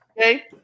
Okay